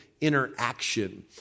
interaction